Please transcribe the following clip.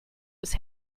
was